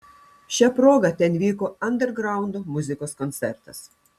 šia proga ten vyko andergraundo muzikos koncertas